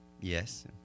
Yes